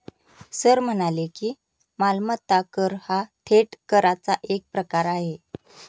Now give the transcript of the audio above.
sir म्हणाले की, मालमत्ता कर हा थेट कराचा एक प्रकार आहे